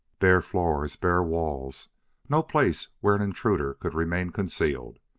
bare floors, bare walls no place where an intruder could remain concealed!